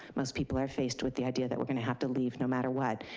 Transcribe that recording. most people are faced with the idea that we're gonna have to leave no matter what,